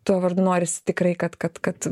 tuo vardu norisi tikrai kad kad kad